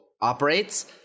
operates